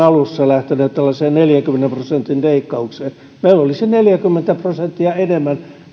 alussa lähteneet tällaiseen neljänkymmenen prosentin leikkaukseen meillä olisi osoittaa neljäkymmentä prosenttia enemmän